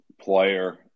player